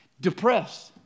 Depressed